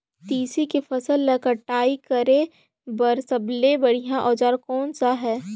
तेसी के फसल ला कटाई करे बार सबले बढ़िया औजार कोन सा हे?